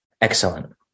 excellent